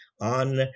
on